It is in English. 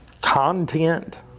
content